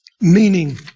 meaning